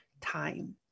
time